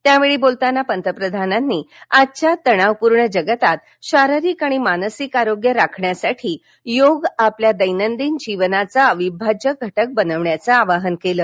त्यावेळी बोलताना पंतप्रधानांनी आजच्या तणावपूर्ण जगतात शारीरिक आणि मानसिक आरोग्य राखण्यासाठी योग आपल्या दैनंदिन जीवनाचा अविभाज्य घटक बनवायच आवाहन केल